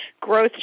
growth